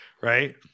Right